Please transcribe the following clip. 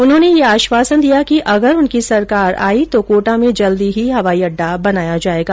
उन्होंने ये आश्वासन दिया कि अगर उनकी सरकार आई तो कोटा में जल्दी ही हवाई अड्डा बनाया जायेगा